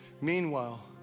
Meanwhile